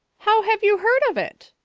how have you heard of it?